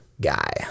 guy